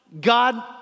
God